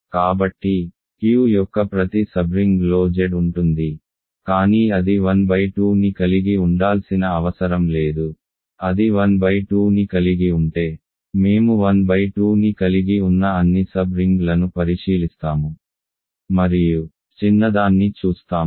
కాబట్టి Q యొక్క ప్రతి సబ్రింగ్ లో Z ఉంటుంది కానీ అది 1 2 ని కలిగి ఉండాల్సిన అవసరం లేదు అది 1 2 ని కలిగి ఉంటే మేము 12 ని కలిగి ఉన్న అన్ని సబ్ రింగ్లను పరిశీలిస్తాము మరియు చిన్నదాన్ని చూస్తాము